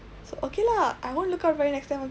so okay lah I won't look out for you next time okay